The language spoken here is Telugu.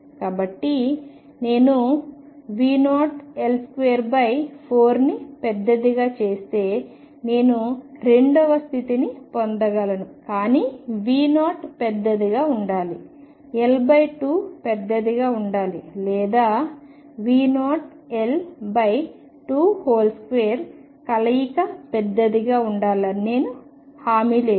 కాబట్టి నేను V0L24 ని పెద్దదిగా చేస్తే నేను రెండవ స్థితిని పొందగలను కానీ V0 పెద్దదిగా ఉండాలి L2 పెద్దదిగా ఉండాలి లేదా V0L22 కలయిక పెద్దదిగా ఉండాలి అని హామీ లేదు